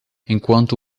enquanto